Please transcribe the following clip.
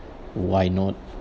why not